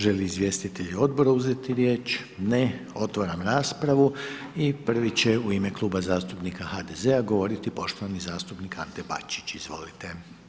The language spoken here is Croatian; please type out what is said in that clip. Želi izvjestitelj odbora uzeti riječ, ne, otvaram raspravu i prvi će u ime Kluba zastupnika HDZ-a govoriti poštovani zastupnik Ante Bačić, izvolite.